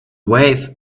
weights